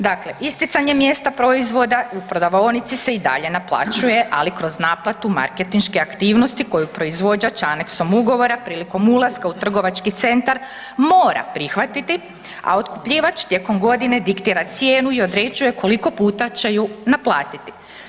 Dakle, isticanje mjesta proizvoda u prodavaonici se i dalje naplaćuje, ali kroz naplatu marketinške aktivnosti koju proizvođač aneksom ugovora prilikom ulaska u trgovački centar mora prihvatiti, a otkupljivač tijekom godine diktira cijenu i određuje koliko puta će ju naplatiti.